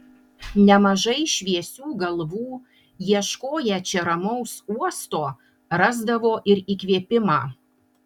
nemažai šviesių galvų ieškoję čia ramaus uosto rasdavo ir įkvėpimą